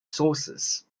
sources